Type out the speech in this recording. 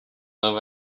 live